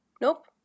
nope